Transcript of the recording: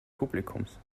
publikums